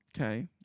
Okay